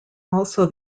also